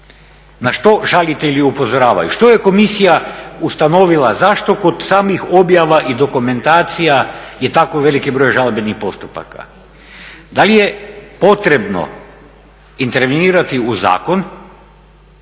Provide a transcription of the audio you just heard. Na što žalitelji upozoravaju? Što je komisija ustanovila, zašto kod samih objava i dokumentacija je tako veliki broj žalbenih postupaka? Da li je potrebno intervenirati u zakon